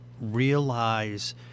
realize